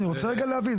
אני רוצה להבין,